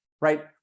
right